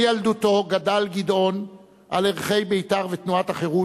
מילדותו גדל גדעון על ערכי בית"ר ותנועת החרות.